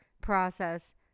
process